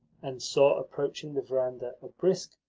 and saw approaching the verandah a brisk,